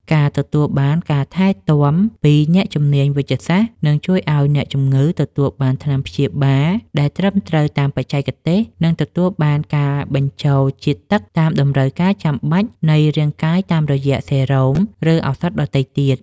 ការទទួលបានការថែទាំពីអ្នកជំនាញវេជ្ជសាស្ត្រ នឹងជួយឱ្យអ្នកជំងឺទទួលបានថ្នាំព្យាបាលដែលត្រឹមត្រូវតាមបច្ចេកទេស និងទទួលបានការបញ្ចូលជាតិទឹកតាមតម្រូវការចាំបាច់នៃរាងកាយតាមរយៈសេរ៉ូម ឬឱសថដទៃទៀត។